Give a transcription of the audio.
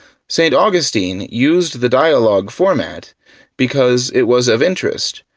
st. augustine used the dialog format because it was of interest,